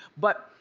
but,